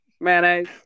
Mayonnaise